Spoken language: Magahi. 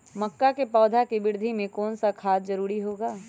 मक्का के पौधा के वृद्धि में कौन सा खाद जरूरी होगा?